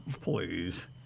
please